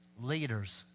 leaders